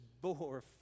bore